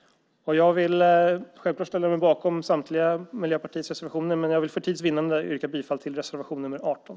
Jag ställer mig självklart bakom samtliga reservationer från Miljöpartiet, men för tids vinnande vill jag yrka bifall endast till reservation nr 17.